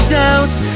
doubts